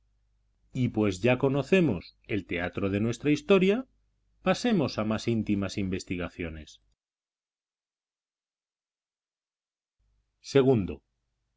y pues ya conocemos el teatro de nuestra historia pasemos a más íntimas investigaciones